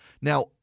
Now